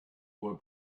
were